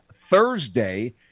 Thursday